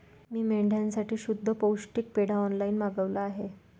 मी मेंढ्यांसाठी शुद्ध पौष्टिक पेंढा ऑनलाईन मागवला आहे